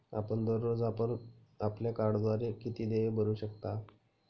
आपण दररोज आपल्या कार्डद्वारे किती देय भरू शकता?